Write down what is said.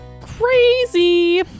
crazy